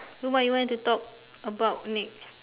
so what you want to talk about next